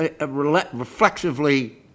reflexively